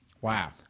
Wow